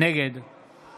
נגד